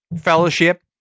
fellowship